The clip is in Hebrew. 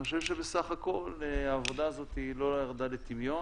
אני חושב שבסך הכול העבודה הזאת לא ירדה לטמיון.